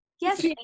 yes